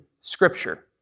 Scripture